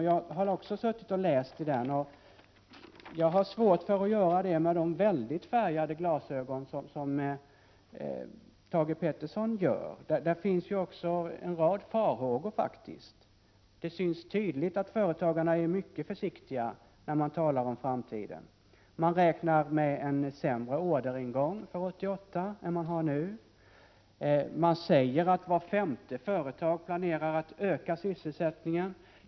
Jag har också suttit och läst i den. Jag har emellertid svårt att göra det med så färgade glasögon som Thage Peterson använder i sammanhanget. Det finns faktiskt en rad farhågor redovisade i den. Det syns tydligt att företagarna är mycket försiktiga när de talar om framtiden. De räknar med en sämre orderingång för 1988 än de har nu. Man säger att vart femte företag planerar att öka sysselsättningen.